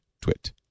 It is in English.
twit